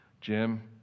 Jim